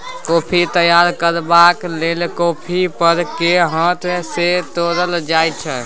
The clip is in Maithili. कॉफी तैयार करबाक लेल कॉफी फर केँ हाथ सँ तोरल जाइ छै